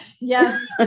Yes